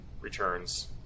returns